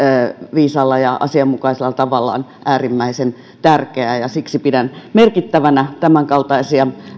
viisaalla ja asianmukaisella tavalla on äärimmäisen tärkeää siksi pidän merkittävänä tämänkaltaisia